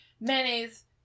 mayonnaise